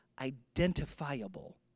identifiable